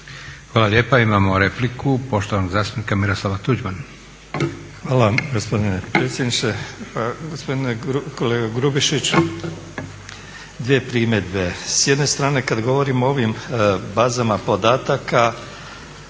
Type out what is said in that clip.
Hvala lijepa. Imamo repliku poštovanog zastupnika Miroslava Tuđmana. **Tuđman, Miroslav (HDZ)** Hvala vam gospodine predsjedniče. Gospodine kolega Grubišić, dvije primjedbe. S jedne strane kad govorimo o ovim bazama podataka